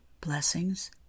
Blessings